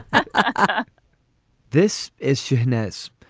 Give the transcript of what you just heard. ah this is showiness.